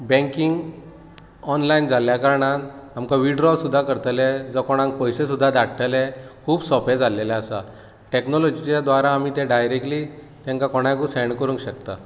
banking online जाल्ल्या कारणान आमकां विड्रो सुद्दां करतले जाव कोणाक पयशे सुद्दां धाडटले खूब सोंपें जाल्लेले आसा टेक्नोलजीच्या द्वारा डिरेक्टली तेका कोणाकय सेन्ड करूंक शकता